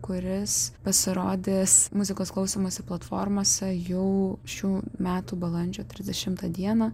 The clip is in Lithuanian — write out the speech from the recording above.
kuris pasirodys muzikos klausymosi platformose jau šių metų balandžio trisdešimtą dieną